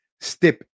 step